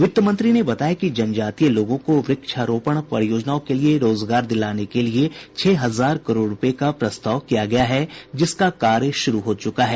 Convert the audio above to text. वित्त मंत्री ने बताया कि जनजातीय लोगों को वृक्षारोपण परियोजनाओं में रोजगार दिलाने के लिए छह हजार करोड रुपये का प्रस्ताव किया गया है जिसका कार्य शुरू हो चुका है